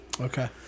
Okay